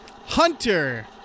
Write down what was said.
Hunter